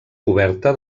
coberta